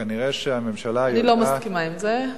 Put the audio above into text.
כנראה הממשלה, אני לא מסכימה לזה.